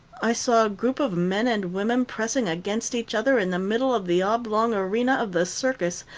i saw a group of men and women pressing against each other in the middle of the oblong arena of the circus,